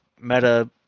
meta